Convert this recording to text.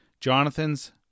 Jonathan's